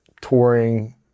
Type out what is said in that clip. touring